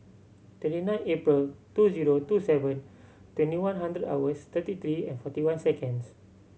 twenty nine April two zero two seven twenty one hundred hours thirty three and forty one seconds